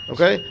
Okay